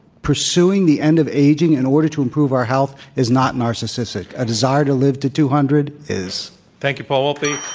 pursuing the end of aging in order to improve our health is not narcissistic. a desire to live to two hundred is. thank you, paul wolpe.